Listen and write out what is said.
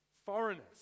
foreigners